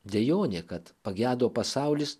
dejonė kad pagedo pasaulis